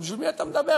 בשביל מי אתה מדבר?